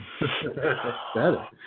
Better